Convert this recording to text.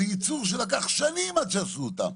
זה ייצור שלקח שנים עד שעשו אותם.